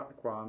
qua